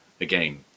again